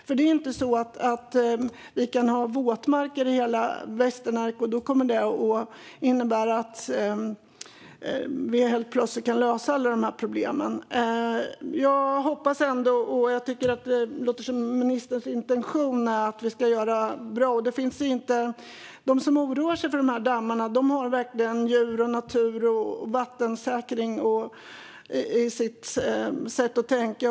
Vi kan förstås inte ha våtmarker i hela Västernärke som helt plötsligt skulle lösa alla dessa problem. Jag hoppas att vi kan göra något bra av detta. Det låter som att det även är ministerns intention. De som oroar sig för dessa dammar har verkligen djur, natur och vattensäkring i sitt sätt att tänka.